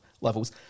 levels